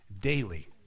daily